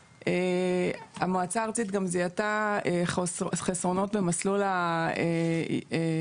המועצה הארצית גם זיהתה חסרונות במסלול החיזוק,